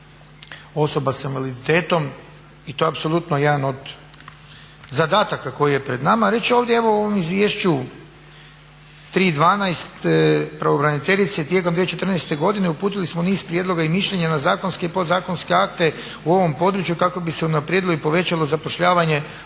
osoba s invaliditetom i to je apsolutno jedan od zadataka koji je pred nama. Reći ću ovdje evo u ovom izvješću … pravobraniteljice tijekom 2014. godine uputili smo niz prijedloga i mišljenja na zakonske i podzakonske akte u ovom području kako bi se unaprijedilo i povećalo zapošljavanje osoba